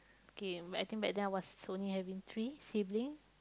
K I think back then I was only having three sibling